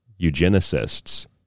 eugenicists